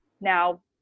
now